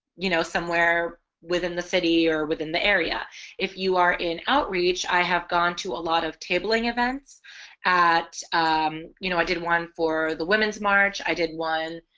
you know somewhere within the city or within the area if you are in outreach i have gone to a lot of tabling events at um you know i did one for the women's march i did one